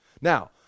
Now